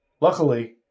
Luckily